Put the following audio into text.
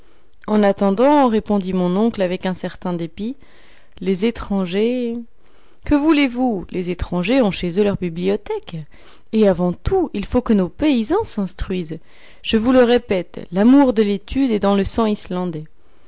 en attendant répondit mon oncle avec un certain dépit les étrangers que voulez-vous les étrangers ont chez eux leurs bibliothèques et avant tout il faut que nos paysans s'instruisent je vous le répète l'amour de l'étude est dans le sang islandais